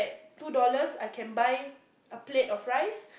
two dollars I can buy a plate of rice